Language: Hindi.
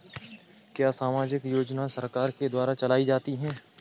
क्या सामाजिक योजनाएँ सरकार के द्वारा चलाई जाती हैं?